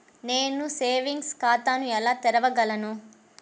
నేను సేవింగ్స్ ఖాతాను ఎలా తెరవగలను?